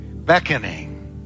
beckoning